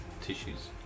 tissues